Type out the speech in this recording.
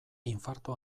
infarto